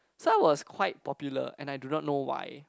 so was quite popular and I do not know why